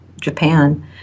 Japan